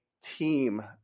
team